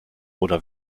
oder